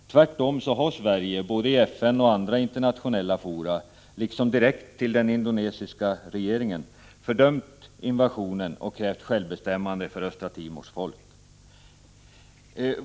Tvärtom har Sverige, både i FN och i andra internationella fora, liksom direkt till den indonesiska regeringen, fördömt invasionen och krävt självbestämmande för Östra Timors folk.